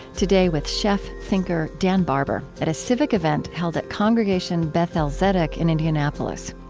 today, with chef-thinker dan barber at a civic event held at congregation beth-el zedeck in indianapolis.